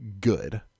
good